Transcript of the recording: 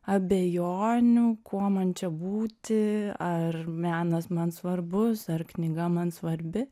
abejonių kuo man čia būti ar menas man svarbus ar knyga man svarbi